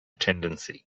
tendency